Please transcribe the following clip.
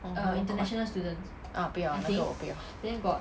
oh my god ah 不要那个我不要